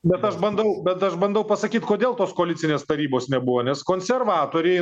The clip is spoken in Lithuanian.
bet aš bandau bet aš bandau pasakyt kodėl tos koalicinės tarybos nebuvo nes konservatoriai